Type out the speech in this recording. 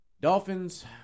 Dolphins